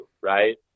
right